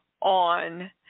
on